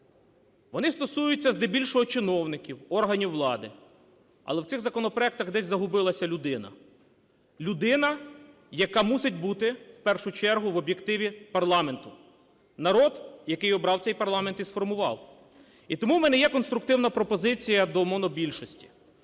вони стосуються здебільшого чиновників, органів влади, але в цих законопроектах десь загубилася людина – людина, яка мусить бути, в першу чергу, в об'єктиві парламенту, народ, який обрав цей парламент і сформував. І тому в мене є конструктивна пропозиція до монобільшості,